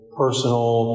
personal